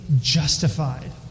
justified